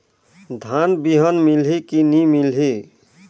धान बिहान मिलही की नी मिलही?